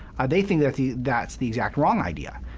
they think that's the that's the exact wrong idea.